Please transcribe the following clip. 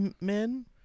Men